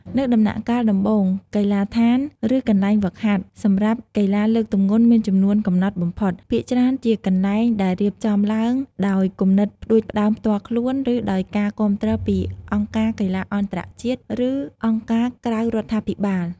នៅដំណាក់កាលដំបូង កីឡាដ្ឋាន ឬកន្លែងហ្វឹកហាត់ សម្រាប់កីឡាលើកទម្ងន់មានចំនួន កំណត់បំផុត។ ភាគច្រើនជាកន្លែងដែលរៀបចំឡើងដោយគំនិតផ្តួចផ្តើមផ្ទាល់ខ្លួន ឬដោយការគាំទ្រពីអង្គការកីឡាអន្តរជាតិ ឬអង្គការក្រៅរដ្ឋាភិបាល។